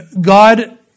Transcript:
God